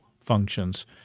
functions